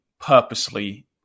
purposely